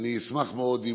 אשמח מאוד,